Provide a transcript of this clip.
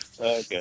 Okay